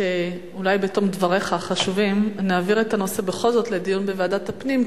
אולי בתום דבריך החשובים נעביר את הנושא בכל זאת לדיון בוועדת הפנים,